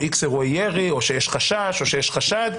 איקס אירועי ירי או שיש חשש או שיש חשד,